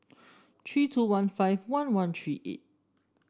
three two one five one one three eight